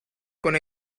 con